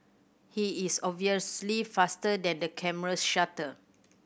he is obviously faster than the camera's shutter